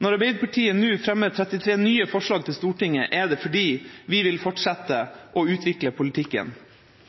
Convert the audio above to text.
Når Arbeiderpartiet sammen med SV nå fremmer 33 nye forslag for Stortinget, er det fordi vi vil fortsette å utvikle politikken.